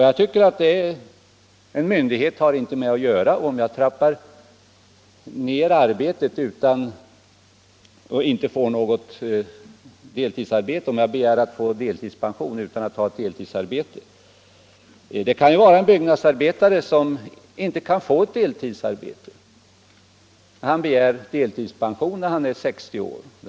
Jag tycker inte en myndighet har med det att göra om jag trappar ner arbetet och begär att få delpension utan att ha deltidsarbete. Det kan ju vara en byggnadsarbetare som inte kan få ett deltidsarbete. Han begär deltidspension när han är 60 år.